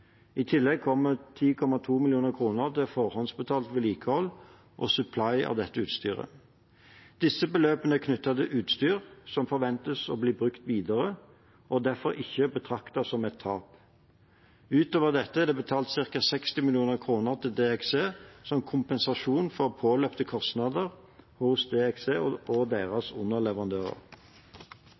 I tillegg kommer 10,2 mill. kr til forhåndsbetalt vedlikehold og support av dette utstyret. Disse beløpene er knyttet til utstyr som forventes å bli brukt videre, og er derfor ikke å betrakte som et tap. Utover dette er det betalt ca. 60 mill. kr til DXC som kompensasjon for påløpte kostnader hos DXC og deres underleverandører.